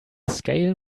scale